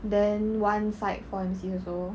then one psych four M_C also